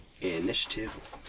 initiative